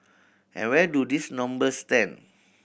and where do these numbers stand